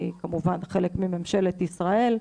שהיא כמובן חלק מממשלת ישראל,